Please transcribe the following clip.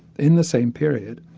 in the same period,